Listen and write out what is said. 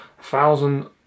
Thousand